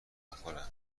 بخوره